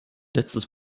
letztes